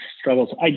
struggles